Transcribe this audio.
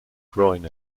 groin